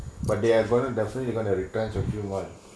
but they are gonna definitely going to returns a few miles